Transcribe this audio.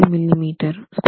3 mm2